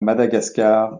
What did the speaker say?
madagascar